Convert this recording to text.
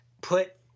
Put